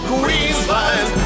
Queensland